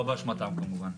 לא באשמתם, כמובן.